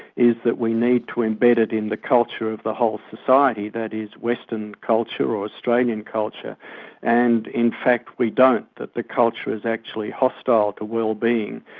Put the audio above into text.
is that we need to embed it in the culture of the whole society that is, western culture australian culture and in fact we don't, that the culture is actually hostile to wellbeing.